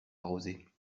arroser